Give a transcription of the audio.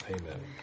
amen